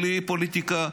בלי פוליטיקה,